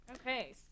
Okay